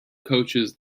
coaches